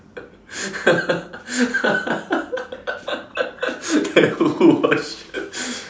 the who wash us